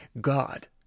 God